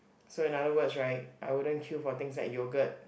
so in other words right I wouldn't queue for things like yoghurt